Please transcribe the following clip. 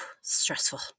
Stressful